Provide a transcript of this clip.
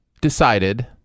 decided